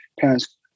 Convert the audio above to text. parents